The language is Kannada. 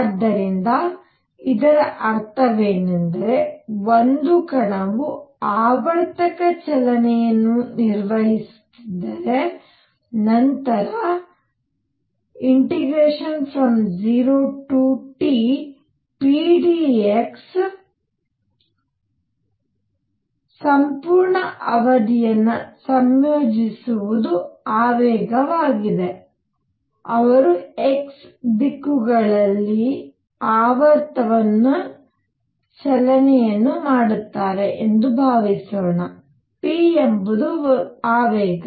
ಆದ್ದರಿಂದ ಇದರ ಅರ್ಥವೇನೆಂದರೆ ಒಂದು ಕಣವು ಆವರ್ತಕ ಚಲನೆಯನ್ನು ನಿರ್ವಹಿಸುತ್ತಿದ್ದರೆ ನಂತರ 0 Tpdx 0 ರಿಂದ T p ವರೆಗಿನ ಸಂಪೂರ್ಣ ಅವಧಿಯನ್ನು ಸಂಯೋಜಿಸುವುದು ಆವೇಗವಾಗಿದೆ ಅವರು x ದಿಕ್ಕುಗಳಲ್ಲಿ ಆವರ್ತಕ ಚಲನೆಯನ್ನು ಮಾಡುತ್ತಾರೆ ಎಂದು ಭಾವಿಸೋಣ p ಎಂಬುದು ಆವೇಗ